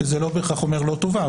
שזה לא בהכרח אומר לא טובה,